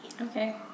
Okay